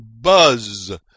Buzz